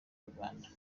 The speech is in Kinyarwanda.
uganda